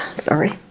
sorry,